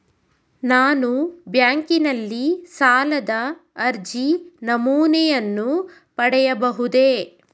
ನಾನು ಬ್ಯಾಂಕಿನಲ್ಲಿ ಸಾಲದ ಅರ್ಜಿ ನಮೂನೆಯನ್ನು ಪಡೆಯಬಹುದೇ?